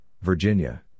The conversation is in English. Virginia